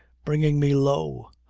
bringing me low.